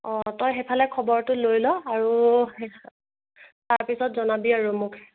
অঁ তই সেইফালে খবৰটো লৈ ল আৰু তাৰপিছত জনাবি আৰু মোক